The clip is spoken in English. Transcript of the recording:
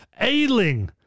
Ailing